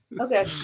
Okay